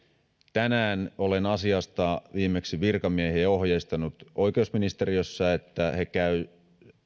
tänään olen asiasta viimeksi virkamiehiä ohjeistanut oikeusministeriössä että he käyvät